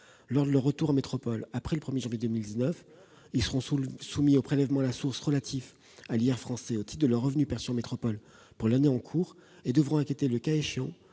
Lors de leur retour en métropole après le 1 janvier 2019, ils seront soumis au prélèvement à la source relatif à l'impôt sur le revenu français au titre de leurs revenus perçus en métropole pour l'année en cours et devront acquitter, le cas échéant,